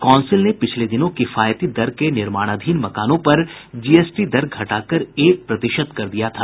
council ने पिछले दिनों किफायती दर के निर्माणाधीन मकानों पर जीएसटी दर घटा कर एक प्रतिशत कर दिया था